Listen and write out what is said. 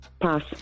Pass